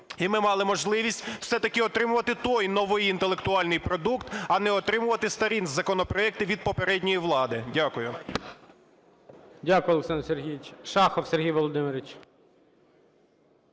і ми мали можливість все-таки отримувати той новий інтелектуальний продукт, а не отримувати старі законопроекти від попередньої влади. Дякую.